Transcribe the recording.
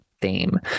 theme